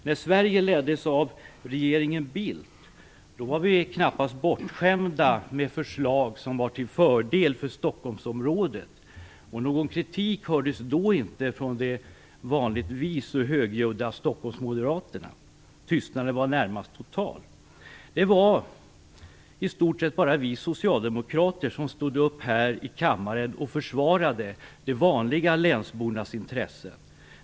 När Sverige leddes av regeringen Bildt var vi knappast bortskämda med förslag som var till fördel för Stockholmsområdet. Någon kritik hördes då inte från de vanligtvis så högljudda Stockholmsmoderaterna. Tystnaden var närmast total. Det var i stort sett bara vi socialdemokrater som stod upp här i kammaren och försvarade de vanliga länsbornas intressen.